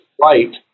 right